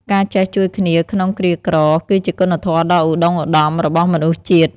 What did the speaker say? ការចេះជួយគ្នាក្នុងគ្រាក្រ គឺជាគុណធម៌ដ៏ឧត្តុង្គឧត្តមរបស់មនុស្សជាតិ។